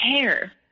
care